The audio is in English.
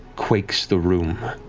quakes the room.